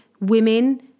women